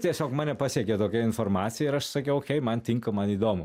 tiesiog mane pasiekė tokia informacija ir aš sakiau man tinka man įdomu